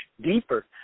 deeper